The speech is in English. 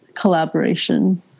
collaboration